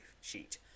sheet